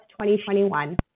2021